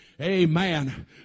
Amen